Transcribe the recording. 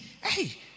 Hey